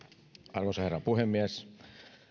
arvoisa herra puhemies